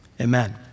amen